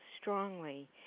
strongly